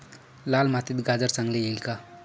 लाल मातीत गाजर चांगले येईल का?